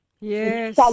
Yes